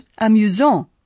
amusant